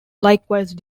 likewise